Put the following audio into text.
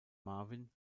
marvin